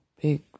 big